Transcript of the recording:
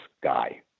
guy